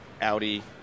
audi